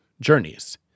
journeys